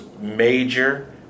major